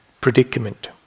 predicament